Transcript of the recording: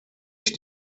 ich